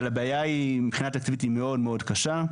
אבל הבעיה היא מבחינה תקציבית היא מאוד מאוד קשה.